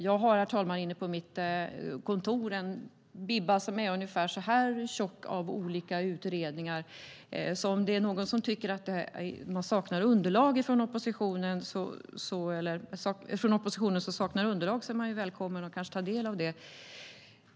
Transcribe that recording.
Jag har, herr talman, inne på mitt kontor en tjock bibba av olika utredningar. Om någon i oppositionen saknar underlag är man välkommen att ta del av dem.